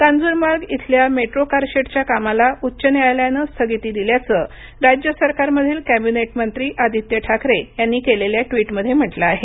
कांजूरमार्ग इथल्या मेट्रो कारशेडच्या कामाला उच्च न्यायालानं स्थगिती दिल्याचं राज्य सरकारमधील कॅबिनेट मंत्री आदित्य ठाकरे यांनी केलेल्या ट्विटमध्ये म्हटलं आहे